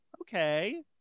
okay